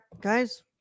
guys